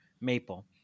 maple